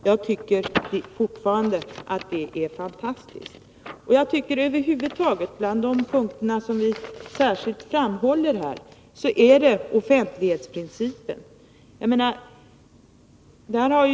Jag tycker fortfarande att det är fantastiskt. Bland de punkter som vi understryker har vi särskilt offentlighetsprincipen.